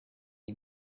iyo